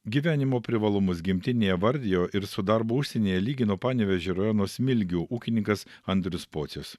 gyvenimo privalumus gimtinėje vardijo ir su darbu užsienyje lygino panevėžio rajono smilgių ūkininkas andrius pocius